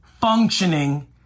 functioning